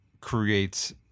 creates